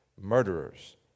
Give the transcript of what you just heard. murderers